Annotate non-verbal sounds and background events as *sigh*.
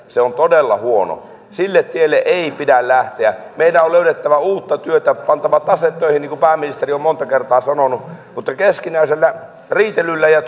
on todella huono sille tielle ei pidä lähteä meidän on löydettävä uutta työtä pantava tase töihin niin kuin pääministeri on monta kertaa sanonut mutta keskinäisellä riitelyllä ja *unintelligible*